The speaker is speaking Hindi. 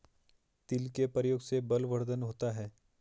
तिल के प्रयोग से बलवर्धन होता है